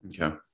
Okay